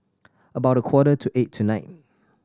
about a quarter to eight tonight